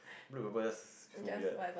over just so weird